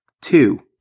Two